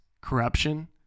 corruption